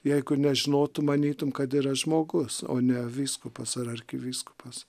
jeigu nežinotum manytum kad yra žmogus o ne vyskupas ar arkivyskupas